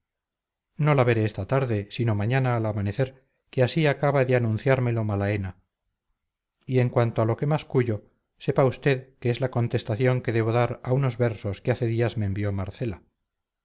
tarde no la veré esta tarde sino mañana al amanecer que así acaba de anunciármelo malaena y en cuanto a lo que mascullo sepa usted que es la contestación que debo dar a unos versos que hace días me envió marcela